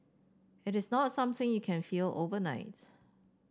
it is not something you can feel overnight